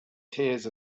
tears